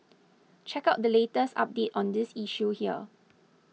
check out the latest update on this issue here